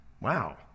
Wow